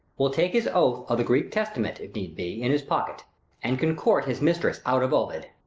will take his oath o' the greek testament, if need be, in his pocket and can court his mistress out of ovid.